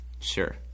Sure